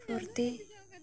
ᱯᱷᱩᱨᱛᱤ